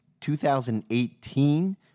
2018